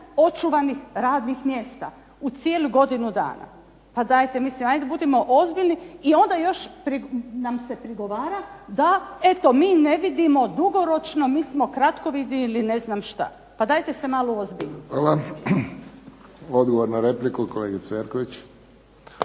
očuvanih radnih mjesta u cijelu godinu dana. Pa dajte mislim ajde budimo ozbiljni i onda još nam se prigovara da eto mi ne vidimo dugoročno, mi smo kratkovidni ili ne znam šta. Pa dajte se malo uozbiljite. **Friščić, Josip (HSS)** Hvala. Odgovor na repliku, kolegica Jerković.